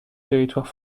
territoire